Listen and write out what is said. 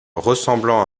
ressemblant